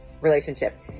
relationship